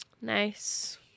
Nice